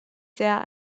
sehr